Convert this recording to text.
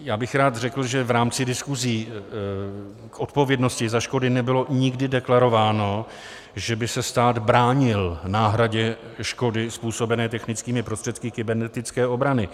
Já bych rád řekl, že v rámci diskusí k odpovědnosti za škody nebylo nikdy deklarováno, že by se stát bránil náhradě škody způsobené technickými prostředky kybernetické obrany.